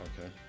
Okay